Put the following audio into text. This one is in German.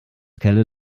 kelle